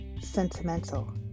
sentimental